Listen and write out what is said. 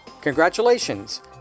Congratulations